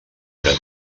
gran